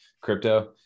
crypto